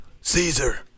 Caesar